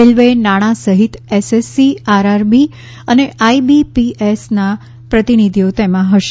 railway નાણાં સહિત SSC RRB અને આઈબીપીએસના પ્રતિનિધિઓ તેમાં હશે